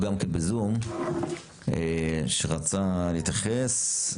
שרצה להתייחס.